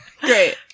Great